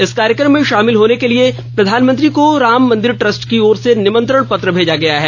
इस कार्यक्रम में शामिल होने के लिए प्रधानमंत्री को राम मंदिर ट्रस्ट की ओर से निमंत्रण भेजा गया है